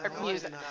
music